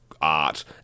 art